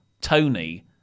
Tony